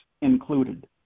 included